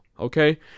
Okay